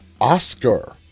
Oscar